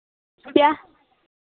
क्या